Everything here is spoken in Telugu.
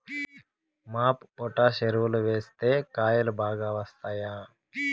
మాప్ పొటాష్ ఎరువులు వేస్తే కాయలు బాగా వస్తాయా?